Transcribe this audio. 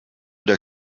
der